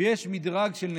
ויש מדרג של נסיכים,